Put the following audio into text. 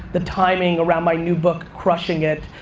the timing around my new book, crushing it,